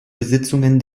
besitzungen